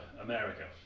America